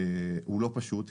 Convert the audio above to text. הוא לא פשוט.